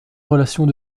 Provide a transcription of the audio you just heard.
relations